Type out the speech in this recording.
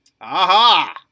Aha